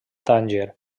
tànger